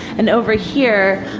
and over here,